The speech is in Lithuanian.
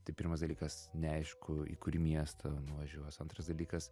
tai pirmas dalykas neaišku į kurį miestą nuvažiuos antras dalykas